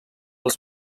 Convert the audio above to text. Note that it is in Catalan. els